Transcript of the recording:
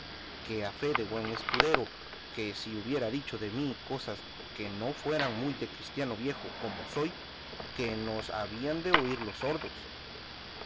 que a fe de buen escudero que si hubiera dicho de mí cosas que no fueran muy de cristiano viejo como soy que nos habían de oír los sordos